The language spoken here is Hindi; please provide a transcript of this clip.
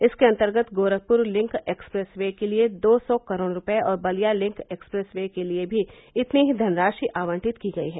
इसके अंतर्गत गोरखप्र लिंक एक्सप्रेस वे के लिये दो सौ करोड़ रूपये और बलिया लिंक एक्सप्रेस वे के लिये भी इतनी ही धनराशि आवंटित की गई है